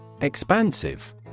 Expansive